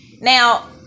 Now